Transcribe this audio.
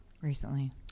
Recently